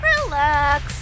Relax